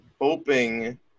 hoping